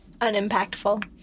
unimpactful